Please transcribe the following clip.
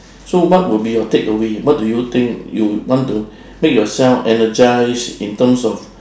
so what will be your takeaway what do you think you will want to make yourself energize in terms of